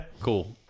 Cool